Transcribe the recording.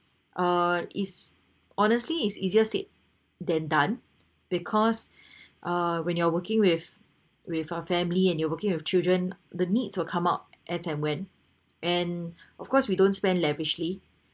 uh is honestly is easier said than done because uh when you're working with with our family and you're working with children the needs will come out at and when and of course we don't spend lavishly